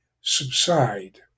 subside